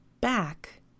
back